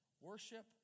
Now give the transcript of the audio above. Worship